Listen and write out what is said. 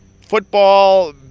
football